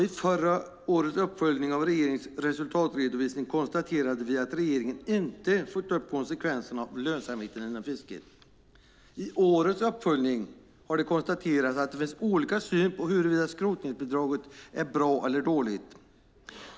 I förra årets uppföljning av regeringens resultatredovisning konstaterade vi att regeringen inte följt upp konsekvenserna för lönsamheten inom fisket. I årets uppföljning har det konstaterats att det finns olika syn på huruvida skrotningsbidraget är bra eller dåligt.